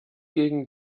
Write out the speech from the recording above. gegen